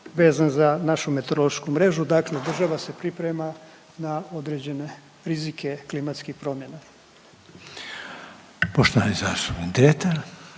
vezan za našu meteorološku mrežu dakle država se priprema na određene rizike klimatskih promjena. **Reiner,